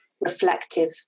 reflective